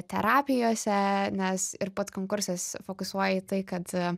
terapijose nes ir pats konkursas fokusuoja į tai kad